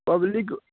public